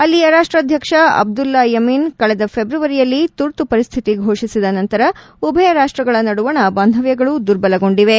ಅಲ್ಲಿಯ ರಾಷ್ಟಾಧ್ಯಕ್ಷ ಅಬ್ದುಲ್ಲಾ ಯಮೀನ್ ಕಳೆದ ಫೆಬ್ರವರಿಯಲ್ಲಿ ತುರ್ತು ಪರಿಸ್ನಿತಿ ಘೋಷಿಸಿದ ನಂತರ ಉಭಯ ರಾಷ್ಟ್ರಗಳ ನಡುವಣ ಬಾಂಧವ್ಯಗಳು ದುರ್ಬಲಗೊಂಡಿವೆ